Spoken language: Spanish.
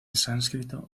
sánscrito